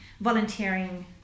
Volunteering